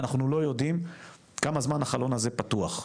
אנחנו לא יודעים כמה זמן החלון הזה פתוח.